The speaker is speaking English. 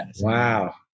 Wow